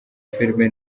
film